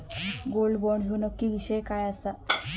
Gold bond ह्यो नक्की विषय काय आसा?